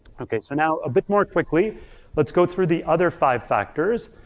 okay, so now a bit more quickly let's go through the other five factors.